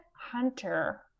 hunter